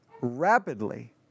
rapidly